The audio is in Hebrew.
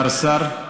השר סר?